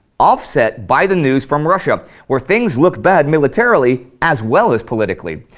offset by the news from russia, where things looked bad militarily as well as politically.